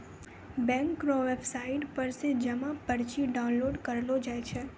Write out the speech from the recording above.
bank रो website पर से जमा पर्ची डाउनलोड करेलो जाय छै